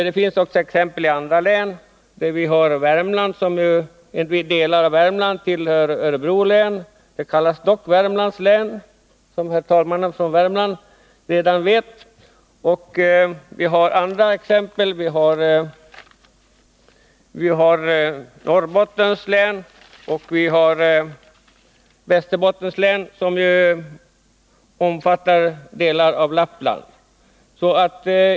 Det finns också exempel på motsvarande skillnad i omfattning i andra län. Delar av Värmland tillhör t.ex. Örebro län, men länet kallas dock Värmlands län, som herr talmannen från Värmland vet. Det finns också andra exempel: Norrbottens län och Västerbottens län, som omfattar delar av Lappland.